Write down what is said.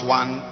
one